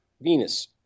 Venus